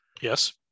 yes